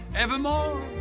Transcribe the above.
evermore